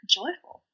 joyful